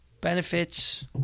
benefits